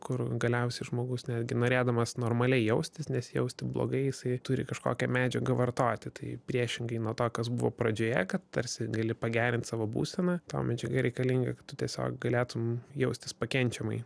kur galiausiai žmogus netgi norėdamas normaliai jaustis nesijausti blogai jisai turi kažkokią medžiagą vartoti tai priešingai nuo to kas buvo pradžioje kad tarsi gali pagerint savo būseną tau medžiaga reikalingakad tu tiesiog galėtum jaustis pakenčiamai